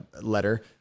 letter